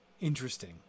interesting